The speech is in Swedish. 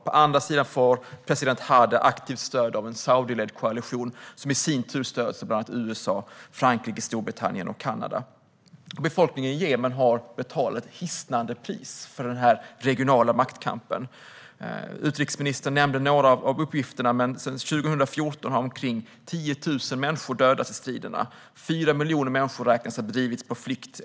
På andra sidan får president Hadi aktivt stöd av en Saudiledd koalition som i sin tur stöds av bland andra USA, Frankrike, Storbritannien och Kanada. Befolkningen i Jemen har betalat ett hisnande högt pris för den regionala maktkampen. Utrikesministern nämnde några uppgifter, och enligt FN har omkring 10 000 människor dödats i striderna och 4 miljoner drivits på flykt.